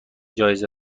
جایزه